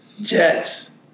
Jets